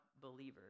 believers